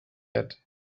yet